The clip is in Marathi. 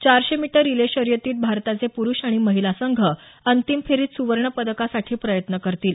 चारशे मीटर रिले शर्यतीत भारताचे पुरुष आणि महिला संघ अंतिम फेरीत सुवर्ण पदकासाठी प्रयत्न करतील